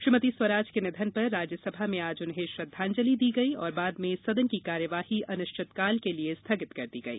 श्रीमति स्वराज के निधन पर राज्यसभा में आज उन्हें श्रद्धांजलि दी गई और बाद में सदन की कार्यवाही अनिश्चितकाल के लिये स्थगित कर दी गई